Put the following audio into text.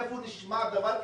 איפה נשמע דבר כזה?